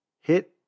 hit